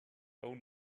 own